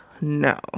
no